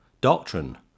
doctrine